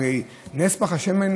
שהרי נס פך השמן,